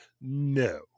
No